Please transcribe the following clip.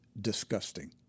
disgusting